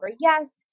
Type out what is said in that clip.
yes